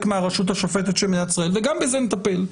מהרשות השופטת של מדינת ישראל וגם בזה נטפל.